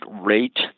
rate